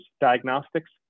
diagnostics